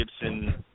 Gibson